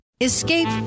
Escape